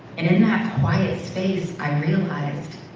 and in that quiet space i realized